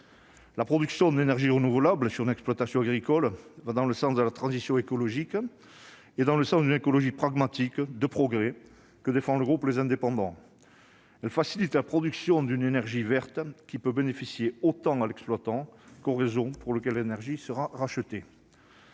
La production d'énergies renouvelables sur une exploitation agricole va dans le sens de la transition écologique et de l'écologie pragmatique de progrès que défend le groupe Les Indépendants. Elle facilite la production d'une énergie verte, qui peut bénéficier tant à l'exploitant qu'au réseau pour lequel l'énergie sera rachetée.